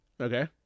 Okay